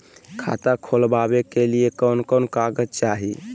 खाता खोलाबे के लिए कौन कौन कागज चाही?